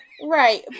right